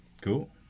Cool